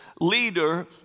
leader